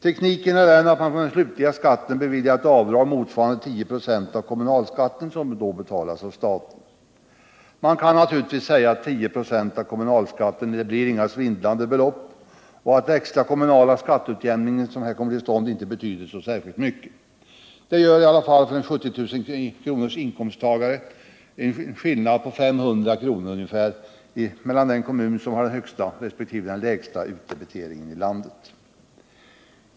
Tekniken är den att man från den slutliga skatten beviljar ett avdrag motsvarande 10 96 av kommunalskatten, som då betalas av staten. Man kan naturligtvis säga att 10 96 av kommunalskatten inte blir några svindlande belopp och att den extra kommunala skatteutjämning som sålunda kommer till stånd inte betyder särskilt mycket. För en 70 000-kronorsinkomsttagare betyder det dock en skillnad på ungefär 500 kr. mellan den kommun som har den högsta och den som har den lägsta utdebiteringen i landet.